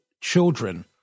children